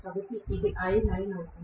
కాబట్టి ఇది Iline అవుతుంది